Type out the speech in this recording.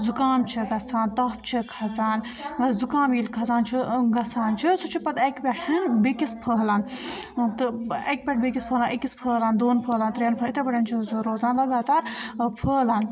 زُکام چھِ گژھان تَپھ چھِ کھسان زُکام ییٚلہِ کھَسان چھُ گَژھان چھِ سُہ چھُ پَتہٕ اَکہِ پٮ۪ٹھ بیٚکِس پھٔہلان تہٕ اَکہِ پٮ۪ٹھ بیٚکِس پھٔہلان أکِس پھٔہلان دۄن پھٔہلان ترٛٮ۪ن پھٔلان اِتھے پٲٹھٮ۪ن چھُ زٕ روزان لگاتار پھٔہلان